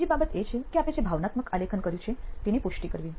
બીજી બાબત એ છે કે આપે જે ભાવનાત્મક આલેખન કર્યું છે તેની પુષ્ટિ કરવી